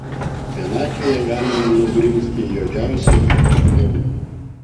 vienatvėje galima nugrimzti juodžiausion tamson